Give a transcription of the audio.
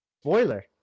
spoiler